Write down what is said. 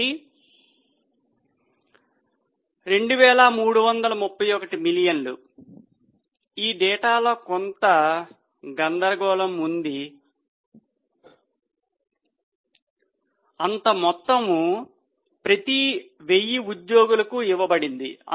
కాబట్టి 2331 మిలియన్లు ఈ డేటాలో కొంత గందరగోళం ఉంది అంత మొత్తము ప్రతి 1000 ఉద్యోగులుకు ఇవ్వబడింది